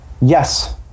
Yes